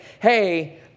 hey